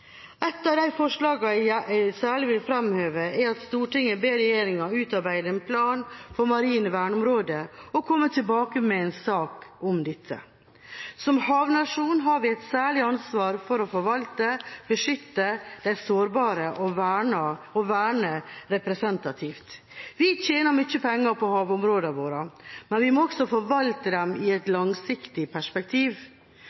av forslagene jeg særlig vil framheve, er: «Stortinget ber regjeringen utarbeide en plan for marine verneområder og komme tilbake til Stortinget med en sak om dette.» Som havnasjon har vi et særlig ansvar for å forvalte, beskytte det sårbare og verne representativt. Vi tjener mye penger på havområdene våre, men vi må også forvalte dem i et